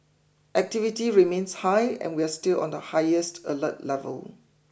activity remains high and we are still on the highest alert level